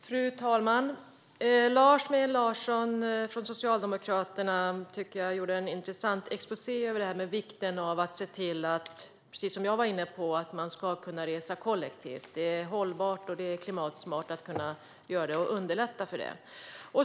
Fru talman! Lars Mejern Larsson från Socialdemokraterna gjorde en intressant exposé över vikten av att se till att, precis som jag var inne på, man ska kunna resa kollektivt. Det är hållbart och klimatsmart att kunna göra det och att underlätta för det.